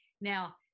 Now